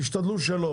תשתדלו שכן.